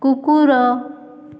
କୁକୁର